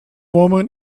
woman